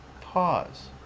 Pause